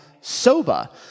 Soba